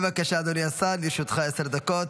בבקשה, אדוני השר, לרשותך עשר דקות.